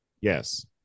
Yes